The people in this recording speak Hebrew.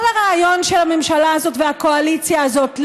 כל הרעיון של הממשלה הזאת והקואליציה הזאת,